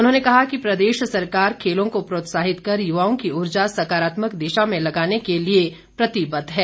सैजल ने कहा कि प्रदेश सरकार खेलों को प्रोत्साहित कर युवाओं की ऊर्जा सकारात्मक दिशा में लगाने के लिए प्रतिबद्ध है